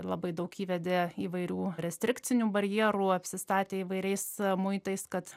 labai daug įvedė įvairių restrikcinių barjerų apsistatė įvairiais muitais kad